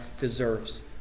deserves